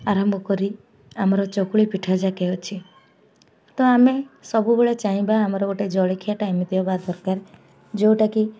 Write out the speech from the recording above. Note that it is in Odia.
ଆରମ୍ଭ କରି ଆମର ଚକୁଳି ପିଠା ଯାକେ ଅଛି ତ ଆମେ ସବୁବେଳେ ଚାହିଁବା ଆମର ଗୋଟେ ଜଳଖିଆଟା ଏମିତି ହବା ଦରକାର ଯେଉଁଟାକି